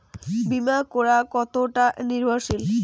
বীমা করা কতোটা নির্ভরশীল?